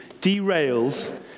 derails